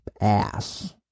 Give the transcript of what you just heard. ass